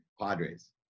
Padres